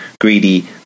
greedy